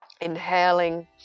Inhaling